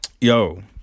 yo